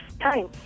time